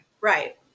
right